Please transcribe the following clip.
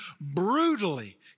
brutally